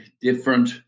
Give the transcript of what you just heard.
different